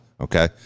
Okay